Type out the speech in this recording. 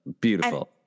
beautiful